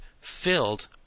filled